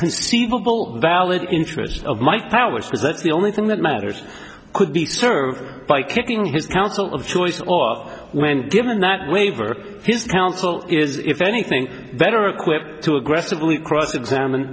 conceivable valid interest of my powers as that's the only thing that matters could be served by kicking his counsel of choice or when given that waiver his counsel is if anything better equipped to aggressively cross examine